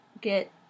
get